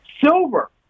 Silver